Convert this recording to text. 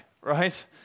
right